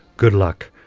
good luck.